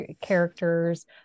characters